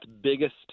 biggest